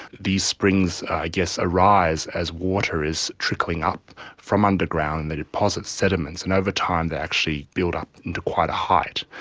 these springs i guess arise as water is trickling up from underground, they deposit sediments, and over time they actually build up into quite a height.